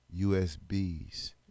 USBs